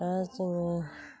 आरो जोङो